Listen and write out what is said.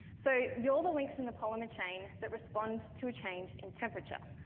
so you are the links in the polymer chain that respond to a change in temperature.